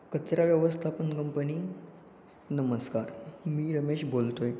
कचरा व्यवस्थापन कंपनी नमस्कार मी रमेश बोलतो आहे